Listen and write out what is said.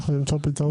צריך למצוא פתרון.